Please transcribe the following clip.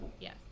yes